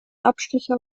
abstecher